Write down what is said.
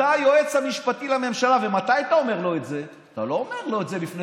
זה לא נכון.